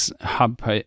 hub